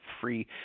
free